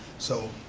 so,